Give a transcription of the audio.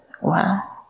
Wow